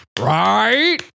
right